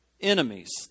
enemies